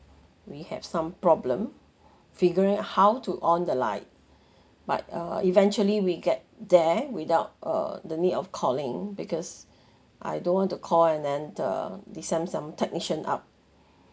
we have some problem figuring how to on the light but uh eventually we get there without uh the need of calling because I don't want to call and uh they send some technician up